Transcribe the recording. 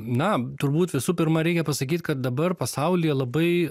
na turbūt visų pirma reikia pasakyt kad dabar pasaulyje labai